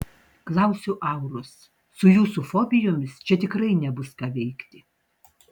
klausiu auros su jūsų fobijomis čia tikrai nebus ką veikti